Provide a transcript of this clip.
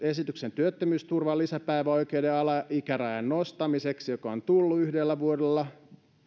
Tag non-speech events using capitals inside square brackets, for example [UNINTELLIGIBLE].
[UNINTELLIGIBLE] esityksen työttömyysturvan lisäpäiväoikeuden alaikärajan nostamiseksi joka on tullut yhdellä vuodella